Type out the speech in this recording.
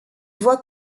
voit